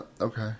okay